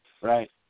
right